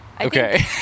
Okay